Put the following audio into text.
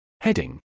Heading